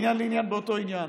מעניין לעניין באותו עניין.